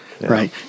right